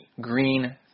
Green